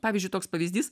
pavyzdžiui toks pavyzdys